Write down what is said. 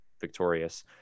victorious